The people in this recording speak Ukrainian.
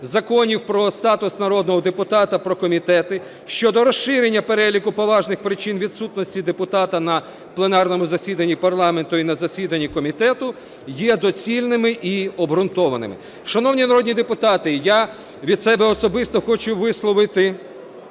законів про статус народного депутата, про комітети щодо розширення переліку поважних причин відсутності депутата на пленарному засіданні парламенту і на засіданні комітету є доцільними і обґрунтованими. Шановні народні депутати, я від себе особисто хочу висловити